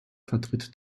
vertritt